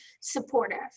supportive